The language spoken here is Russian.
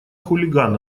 хулиган